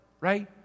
right